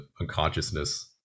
unconsciousness